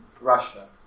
Russia